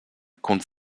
compte